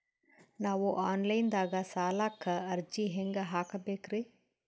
ನಾವು online ದಾಗ ಸಾಲಕ್ಕ ಅರ್ಜಿ ಹೆಂಗ ಹಾಕಬೇಕ್ರಿ?